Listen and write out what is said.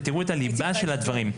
כדי שתראו את הליבה של הדברים.